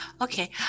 Okay